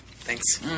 Thanks